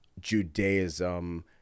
Judaism